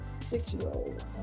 six-year-old